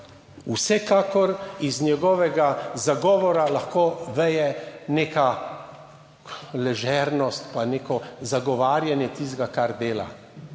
Vsekakor iz njegovega zagovora lahko veje neka ležernost, pa neko zagovarjanje tistega kar dela.